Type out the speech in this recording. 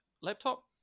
laptop